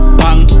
bang